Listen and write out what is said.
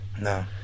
No